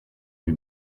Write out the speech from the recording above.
lui